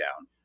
down